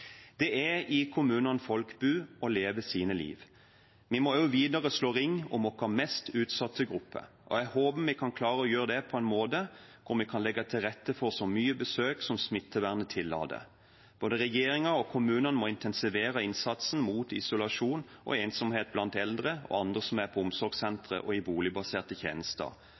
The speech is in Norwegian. Det er i kommunene folk bor og lever sitt liv. Vi må også videre slå ring om våre mest utsatte grupper, og jeg håper vi kan klare å gjøre det på en måte hvor vi kan legge til rette for så mye besøk som smittevernet tillater. Både regjeringen og kommunene må intensivere innsatsen mot isolasjon og ensomhet blant eldre og andre som er på omsorgssentre og i boligbaserte tjenester.